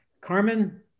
Carmen